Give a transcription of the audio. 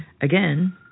again